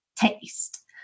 taste